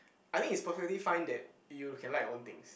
I think is perfectly fine that you can like your own things